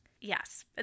Yes